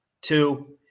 Two